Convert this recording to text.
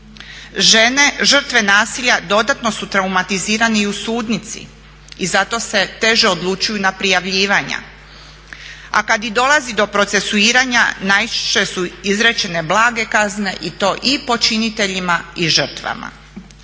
Žene žrtve nasilja dodatno su traumatizirane i u sudnici i zato se teže odlučuju na prijavljivanja, a kada dolazi do procesuiranja najčešće su izrečene blage kazne i to i počiniteljima i žrtvama.